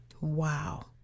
Wow